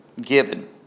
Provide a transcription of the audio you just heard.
given